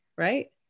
right